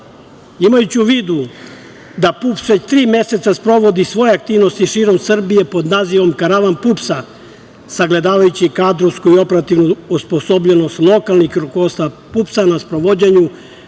Imajući u vidu da PUPS već tri meseca sprovodi svoje aktivnosti širom Srbije pod nazivom „Karavan PUPS-a“ sagledavajući kadrovsku i operativnu osposobljenost lokalnih rukovodstava PUPS-a na sprovođenju